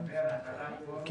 האמת, אני